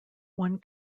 one